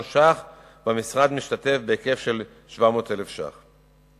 שקלים והמשרד משתתף בהיקף של 700,000 שקלים.